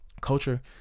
culture